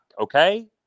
okay